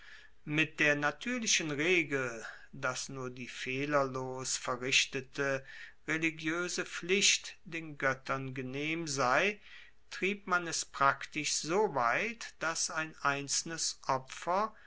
mit der natuerlichen regel dass nur die fehlerlos verrichtete religioese pflicht den goettern genehm sei trieb man es praktisch so weit dass ein einzelnes opfer